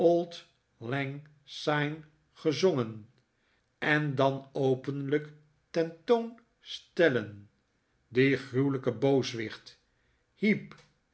syne gezongen en dan openlijk ten toon stellen dien gruwelijken booswicht heep